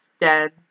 dead